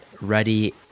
ready